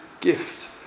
gift